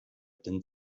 denn